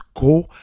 Go